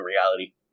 reality